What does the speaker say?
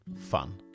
fun